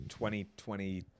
2020